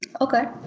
Okay